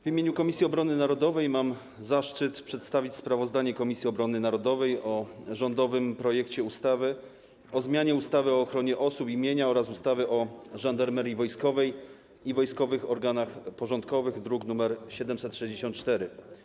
W imieniu Komisji Obrony Narodowej mam zaszczyt przedstawić sprawozdanie Komisji Obrony Narodowej o rządowym projekcie ustawy o zmianie ustawy o ochronie osób i mienia oraz ustawy o Żandarmerii Wojskowej i wojskowych organach porządkowych, druk nr 764.